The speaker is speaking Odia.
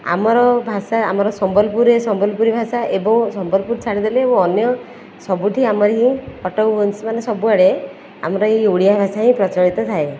ଆମର ଭାଷା ଆମର ସମ୍ବଲପୁରରେ ସମ୍ବଲପୁରୀ ଭାଷା ଏବଂ ସମ୍ବଲପୁର ଛାଡ଼ିଦେଲେ ଓ ଅନ୍ୟ ସବୁଠି ଆମର ହିଁ କଟକ ଭୁବେନେଶ୍ୱର ମାନେ ସବୁଆଡ଼େ ଆମର ଏ ଓଡ଼ିଆ ଭାଷା ହିଁ ପ୍ରଚଳିତ ଥାଏ